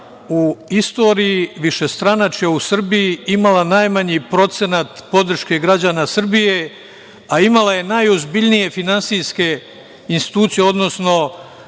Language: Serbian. u istoriji višstranačja u Srbiji imala najmanji procenat podrške građana Srbije, a imala je najozbiljnije finansijske institucije, odnosno